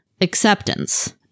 Acceptance